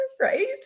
right